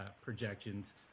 projections